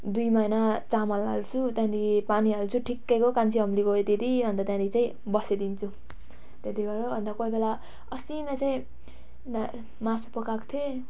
दुई माना चामल हाल्छु त्यहाँदेखि पानी हाल्छु ठिक्कैको कान्छी औँलीको यति यति अनि त त्यहाँदेखि चाहिँ बसाइदिन्छु त्यति गरेर अनि त कोही बेला अस्ति नै चाहिँ मा मासु पकाएको थिएँ